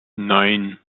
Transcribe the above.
nein